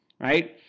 right